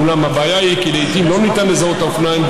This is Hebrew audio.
אולם הבעיה היא כי לעיתים לא ניתן לזהות את האופניים,